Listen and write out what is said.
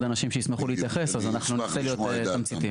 אנשים שישמחו להתייחס אז אנחנו ננסה להיות תמציתיים.